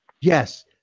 Yes